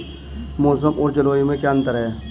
मौसम और जलवायु में क्या अंतर?